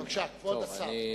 בבקשה, כבוד השר.